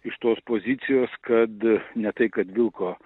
iš tos pozicijos kad ne tai kad vilko